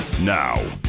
Now